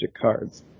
cards